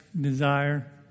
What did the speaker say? desire